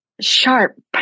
sharp